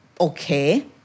okay